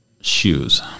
shoes